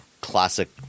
classic